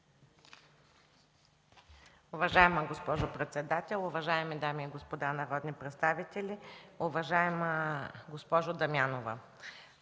уважаема госпожо председател. Уважаеми дами и господа народни представители! Уважаема госпожо Василева,